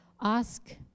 Ask